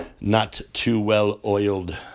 not-too-well-oiled